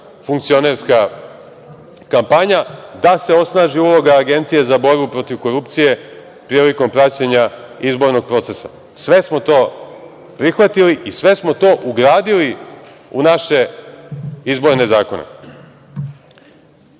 funkcionerska kampanja, da se osnaži uloga Agencije za borbu protiv korupcije prilikom praćenja izbornog procesa. Sve smo to prihvatili i sve smo to ugradili u naše izborne zakone. Danas